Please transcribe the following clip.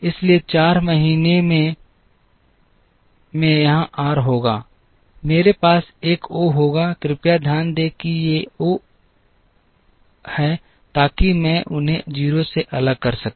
इसलिए 4 महीने मैं यहाँ r होगा मेरे पास एक ओ होगा कृपया ध्यान दें कि ये ओ हैं ताकि मैं उन्हें 0 से अलग कर सकूं